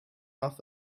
off